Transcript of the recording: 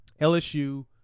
LSU